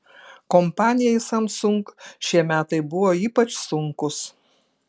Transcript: kompanijai samsung šie metai buvo ypač sunkūs